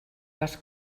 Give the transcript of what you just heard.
les